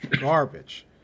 garbage